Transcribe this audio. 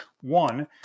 One